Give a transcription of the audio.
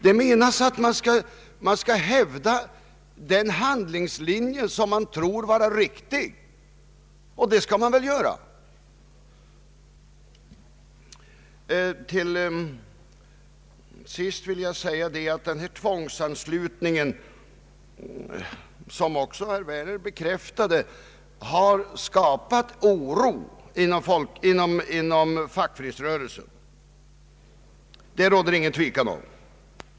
Det menas att hävda den handlingslinje man tror vara riktig, och det skall man väl göra. Till sist vill jag säga att tvångsanslutningen, som också herr Werner bekräftade, har skapat oro inom fackföreningsrörelsen. Det råder ingen tvekan om den saken.